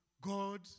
God